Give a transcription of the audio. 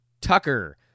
Tucker